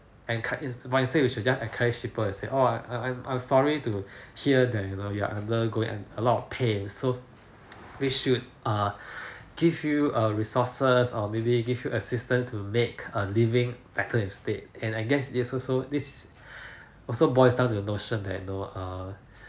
encour~ but instead we should just encourage people and say I'm I'm sorry to hear that you know you are undergoing a lot of pain so we should err give you err resources or maybe give you assistant to make a living better instead and I guess it so so this also boils down to the notion that no err